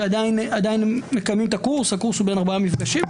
שעדיין מקיימים את הקורס הוא בן ארבעה מפגשים,